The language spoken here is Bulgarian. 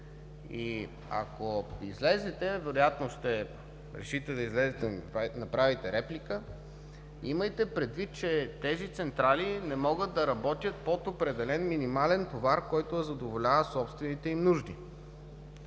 производители! Ако решите да излезете и да направите реплика, имайте предвид, че тези централи не могат да работят под определен минимален товар, който да задоволява собствените им нужди.